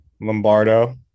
lombardo